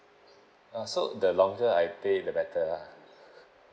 uh so the longer I pay the better lah